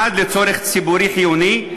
1. לצורך ציבורי חיוני,